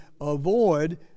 AVOID